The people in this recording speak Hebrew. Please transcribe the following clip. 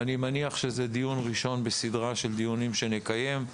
אני מניח שזה דיון ראשון בסדרה של דיונים שנקיים.